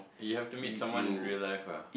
you have to meet someone in real life ah